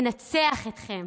ננצח אתכם.